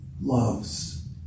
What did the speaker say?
loves